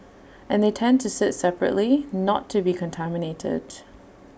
and they tend to sit separately not to be contaminated